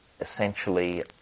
essentially